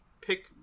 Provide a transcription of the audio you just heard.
pick